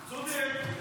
צודק.